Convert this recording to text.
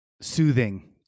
soothing